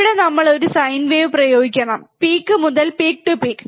ഇവിടെ നമ്മൾ ഒരു സൈൻ വേവ് പ്രയോഗിക്കണം പീക്ക് മുതൽ പീക്ക് ടു പീക്ക്